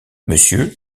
monsieur